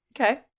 Okay